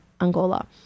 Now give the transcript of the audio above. Angola